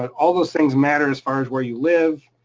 but all those things matter as far as where you live,